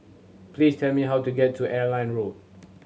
please tell me how to get to Airline Road